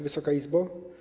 Wysoka Izbo!